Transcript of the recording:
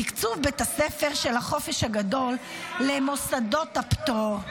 בתקצוב בית הספר של החופש הגדול למוסדות הפטור.